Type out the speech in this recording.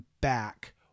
back